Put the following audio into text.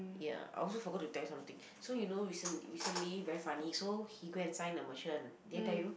ya I also forgot to tell you something so you know recent recently very funny so he go and sign a merchant did I tell you